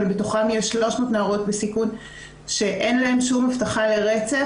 אבל בתוכן יש 300 נערות בסיכון שאין להן שום הבטחה לרצף,